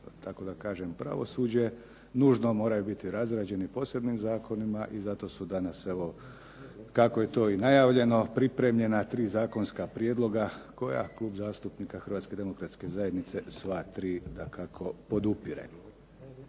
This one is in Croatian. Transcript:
tako da kažem pravosuđe nužno moraju biti razrađeni posebnim zakonima i zato su danas evo kako je to i najavljeno pripremljena tri zakonska prijedloga koja Klub zastupnika Hrvatske demokratske zajednice sva tri dakako podupire.